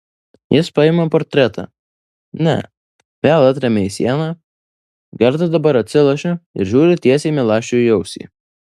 jis paima portretą ne vėl atremia į sieną gerda dabar atsilošia ir žiūri tiesiai milašiui į ausį